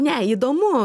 ne įdomu